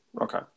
Okay